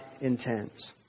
intends